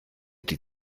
die